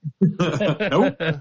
Nope